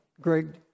Greg